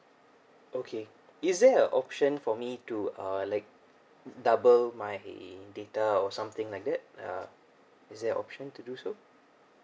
okay is there a option for me to uh like double my data or something like that uh is there a option to do so